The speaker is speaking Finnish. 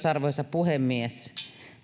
arvoisa puhemies